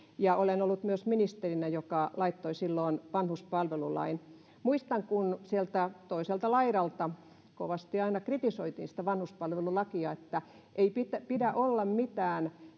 ja olen ollut myös ministerinä joka laittoi silloin vanhuspalvelulain muistan kun sieltä toiselta laidalta kovasti aina kritisoitiin sitä vanhuspalvelulakia että ei pidä olla mitään